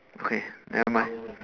okay never mind